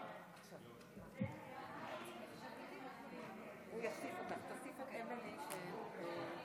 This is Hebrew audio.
אנשים עם מוגבלות המלווים בכלבי שירות),